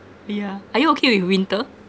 yeah are you okay with winter